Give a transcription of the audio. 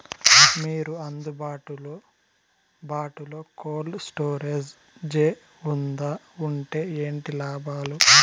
మీకు అందుబాటులో బాటులో కోల్డ్ స్టోరేజ్ జే వుందా వుంటే ఏంటి లాభాలు?